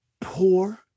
poor